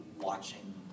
watching